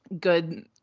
good